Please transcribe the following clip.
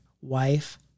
wife